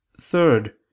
third